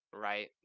right